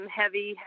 heavy